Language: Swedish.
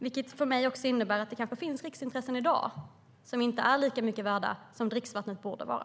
Det innebär för mig att det kanske finns riksintressen i dag som inte är lika mycket värda som dricksvattnet borde vara.